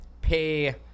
pay